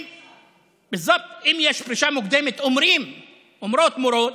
אם יש פרישה מוקדמת, אומרות מורות,